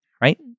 right